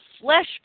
flesh